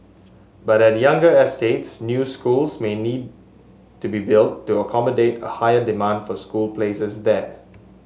but at younger estates new schools may need to be built to accommodate a higher demand for school places there